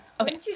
Okay